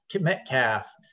Metcalf